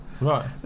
Right